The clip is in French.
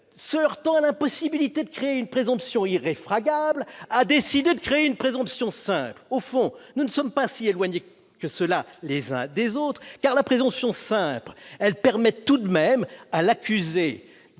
se heurtant à l'impossibilité de créer une présomption irréfragable, a décidé de créer une présomption simple. Au fond, nous ne sommes pas si éloignés les uns des autres : en vertu de la présomption simple, l'accusé